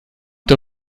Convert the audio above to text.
der